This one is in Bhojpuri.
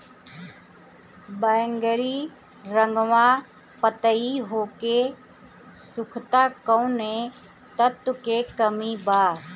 बैगरी रंगवा पतयी होके सुखता कौवने तत्व के कमी बा?